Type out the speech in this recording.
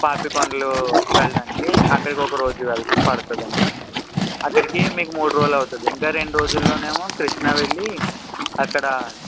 పాపికొండలు వెళ్ళడానికి అక్కడికి ఒక రోజు పడుతుందండి అక్కడికి మీకు మూడు రోజులు అవుతుంది ఇంకా రెండు రోజుల్లో ఏమో కృష్ణా వెళ్ళి అక్కడ